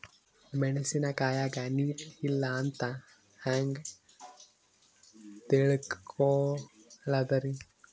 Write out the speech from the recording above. ಮೆಣಸಿನಕಾಯಗ ನೀರ್ ಇಲ್ಲ ಅಂತ ಹೆಂಗ್ ತಿಳಕೋಳದರಿ?